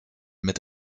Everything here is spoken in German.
mit